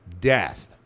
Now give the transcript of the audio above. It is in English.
Death